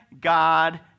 God